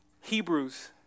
Hebrews